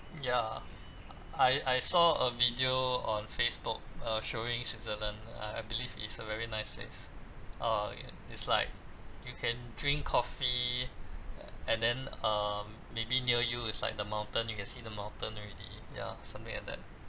ya I I saw a video on Facebook uh showing switzerland uh I believe it's a very nice place oh yeah it's you like you can drink coffee and then um maybe near you is like the mountain you can see the mountain already ya something like that